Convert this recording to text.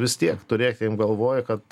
vis tiek turėkim galvoj kad